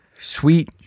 sweet